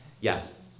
Yes